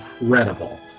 incredible